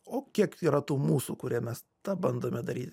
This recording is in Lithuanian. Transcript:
o kiek yra tų mūsų kurie mes tą bandome daryti